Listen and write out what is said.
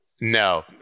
No